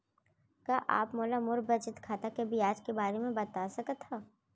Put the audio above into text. का आप मोला मोर बचत खाता के ब्याज के बारे म बता सकता हव?